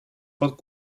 pot